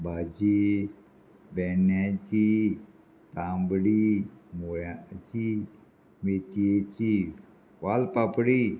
भाजी बेणण्याची तांबडी मुळ्याची मेथयेची वालपापडी